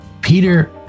Peter